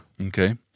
Okay